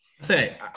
Say